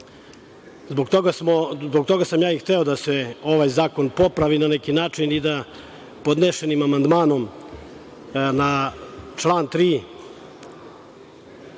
toga sam i hteo da se ovaj zakon popravi na neki način i da podnesenim amandmanom na član 3.